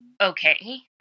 okay